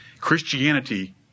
Christianity